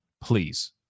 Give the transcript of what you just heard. Please